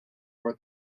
for